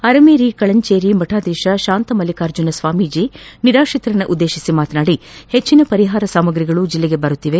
ಅರಮೇರಿ ಕಳಂಚೇರಿ ಮತಾಧೀತ ಶಾಂತಮಲ್ಲಿಕಾರ್ಜುನ ಸ್ವಾಮೀಜಿ ನಿರಾತ್ರಿತರನ್ನುದ್ನೇತಿಸಿ ಮಾತನಾಡಿ ಹೆಚ್ಚನ ಪರಿಹಾರ ಸಾಮಾಗಿಗಳು ಜಿಲ್ಲೆಗೆ ಬರುತ್ತಿದೆ